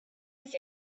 his